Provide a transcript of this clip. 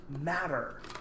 matter